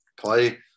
play